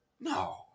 No